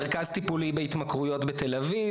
מרכז טיפולי בהתמכרויות בתל אביב,